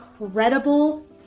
incredible